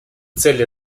цели